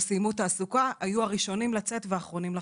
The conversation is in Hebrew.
סיימו תעסוקה היו הראשונים לצאת ואחרונים לחזור.